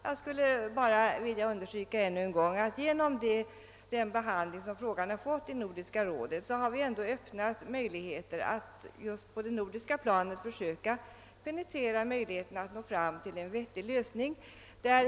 Jag vill endast ännu en gång understryka att genom den behandling som frågan har fått i Nordiska rådet har vi ändå öppnat möjligheter att just på det nordiska planet försöka penetrera förutsättningarna att nå fram till en vettig lösning.